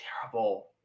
terrible